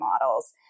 models